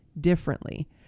differently